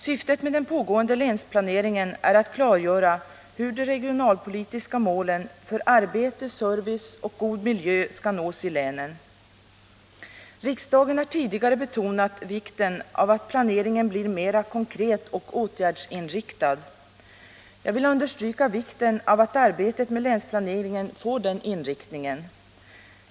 Syftet med den pågående länsplaneringen är att klargöra hur de regionalpolitiska målen för arbete, service och god miljö skall nås i länen. Riksdagen har tidigare betonat vikten av att planeringen blir mer konkret och åtgärdsinriktad. Jag vill understryka vikten av att arbetet med länsplaneringen får den inriktningen.